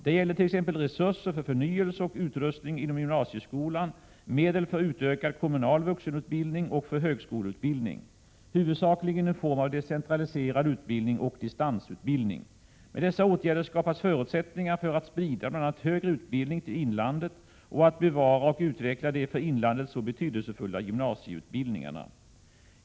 Det gäller t.ex. resurser för förnyelse och utrustning inom gymnasieskolan, medel för utökad kommunal vuxenutbildning och för högskoleutbildning, huvudsakligen i form av decentraliserad utbildning och distansutbildning. Med dessa åtgärder skapas förutsättningar för att sprida bl.a. högre utbildning till inlandet och att bevara och utveckla de för inlandet så betydelsefulla gymnasieutbildningarna.